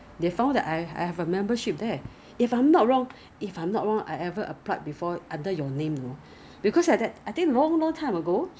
a travel travel size 的那个洗脸霜 and something 以前 then they stop because too many people abuse the system 没有卖东西